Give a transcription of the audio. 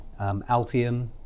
Altium